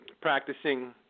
practicing